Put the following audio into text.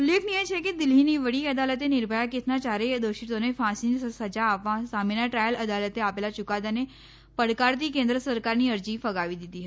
ઉલ્લેખનિય છે કે દિલ્હીની વડી અદાલતે નિર્ભયા કેસના ચારેય દોષીતોને ફાંસીની સજા આ વા સામેના દ્રાયલ અદાલતે આ લા યૂકાદાને ડકારતી કેન્દ્ર સરકારની અરજી ફગાવી દીધી હતી